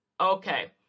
Okay